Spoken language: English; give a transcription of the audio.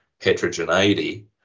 heterogeneity